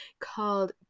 called